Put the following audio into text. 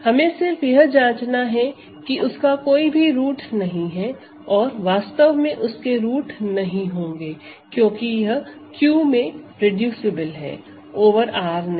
हमें सिर्फ यह जाँचना है कि उसका कोई भी रूट नहीं है और वास्तव में उसके रूट नहीं होंगे क्योंकि वह Q में रेडूसिबल है ओवर R नहीं